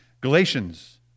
Galatians